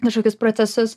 kažkokius procesus